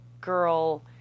girl